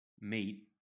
meat